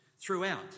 Throughout